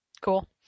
Cool